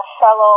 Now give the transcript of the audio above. fellow